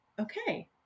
okay